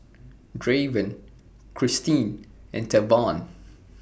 Draven Christeen and Tavon